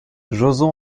joson